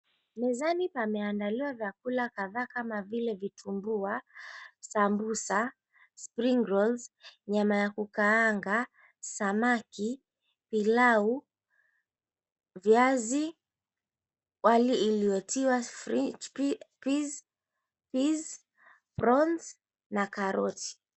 Mezani pameandaliwa vyakula kadhaa kama vile vitumbua, sambusa, spring rolls , nyama ya kukaanga, samaki, pilau, viazi, wali iliotiwa peas , prawns na karoti.